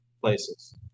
places